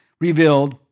revealed